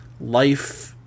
life